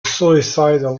suicidal